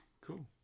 cool